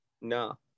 No